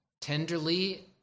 tenderly